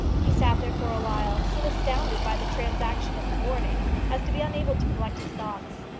he sat there for a while, so astounded by the transaction of the morning as to be unable to collect his thoughts.